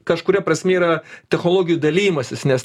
kažkuria prasme yra technologijų dalijimasis nes